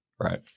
Right